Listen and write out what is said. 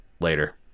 Later